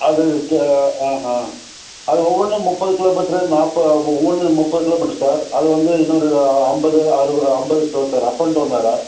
அது க ஆஹான் அது ஒவ்வொன்றும் முப்பது கிலோ மீட்ரு நாப்ப ஒவ்வொன்னும் முப்பது கிலோ மீட்ரு சார் அது வந்து இன்னொரு ஐம்பது அறுபது ஐம்பது போகும் சார் அப் அண்ட் டவுன் வேறு